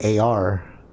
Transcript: AR